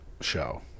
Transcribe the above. show